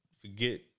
forget